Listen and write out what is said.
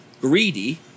greedy